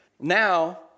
Now